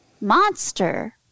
monster